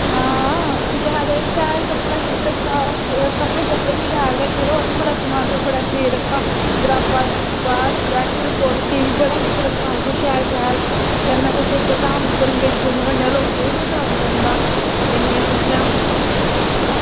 एह् आं शैल कपड़े रक्खे दे होर बी बड़ा समान रक्खे दा मुरब्बा रक्खे दा स्वेटर कोटी बड़ा शैल शैल रक्खे दा कन्नै तुस घट्ट दाम च बी बेची नै होने लोकें ई बी पसंद औंदा इन्नियां चीज़ां